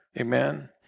Amen